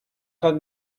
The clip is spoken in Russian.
как